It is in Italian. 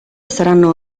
saranno